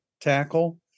tackle